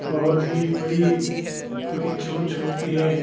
बहुत ही बड़ी उनकी चोंच होती है